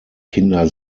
kinder